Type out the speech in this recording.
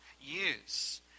use